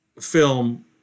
film